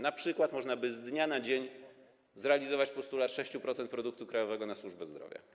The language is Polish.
Na przykład można by z dnia na dzień zrealizować postulat 6% produktu krajowego na służbę zdrowia.